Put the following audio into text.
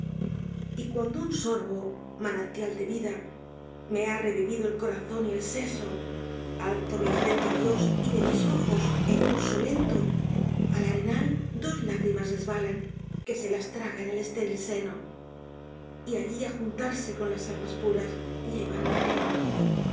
y cuando un sorbo manantial de vida me ha revivido el corazón y el seso alao mi frente á dios y de mis ojos en curso lento al arenal dos lágrimas resbalan que se las traga en el estéril seno y allí á juntarse con las aguas puras llevan mi anhelo